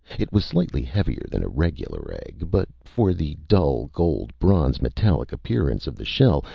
it was slightly heavier than a regular egg, but for the dull, gold-bronze metallic appearance of the shell,